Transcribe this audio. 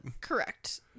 Correct